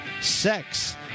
sex